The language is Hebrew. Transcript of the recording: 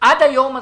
עד היום הזה.